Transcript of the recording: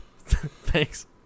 Thanks